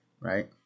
right